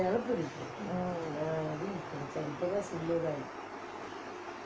mm